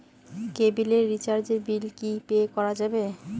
কেবিলের রিচার্জের বিল কি পে করা যাবে?